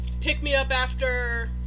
pick-me-up-after